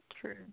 True